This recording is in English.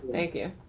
thank you.